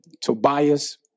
Tobias